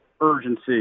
urgency